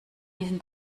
diesen